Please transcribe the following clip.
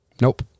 Nope